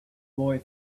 boy